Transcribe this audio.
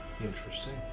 interesting